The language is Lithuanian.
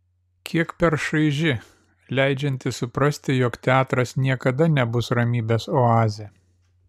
kiek per šaiži leidžianti suprasti jog teatras niekada nebus ramybės oazė